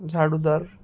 ଝାଡ଼ୁଦାର